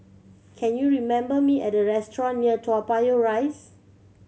can you remember me a restaurant near Toa Payoh Rise